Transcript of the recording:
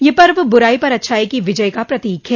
यह पर्व बुराई पर अच्छाई की विजय का प्रतीक है